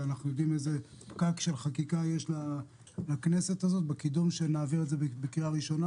אנחנו יודעים איזה פקק של חקיקה יש לכנסת הזאת בקידום הקריאה הראשונה.